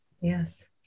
Yes